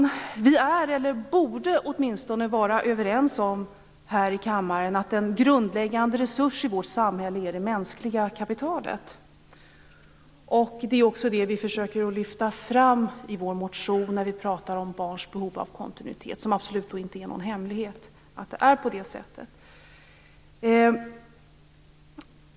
Vi här i kammaren är, eller borde åtminstone vara, överens om att en grundläggande resurs i vårt samhälle är det mänskliga kapitalet. Det är också det vi försöker lyfta fram i vår motion när vi pratar om barns behov av kontinuitet. Det är absolut ingen hemlighet att det är på det sättet.